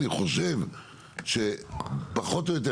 אני חושב שפחות או יותר כיסינו.